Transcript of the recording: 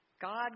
God